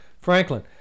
Franklin